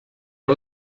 est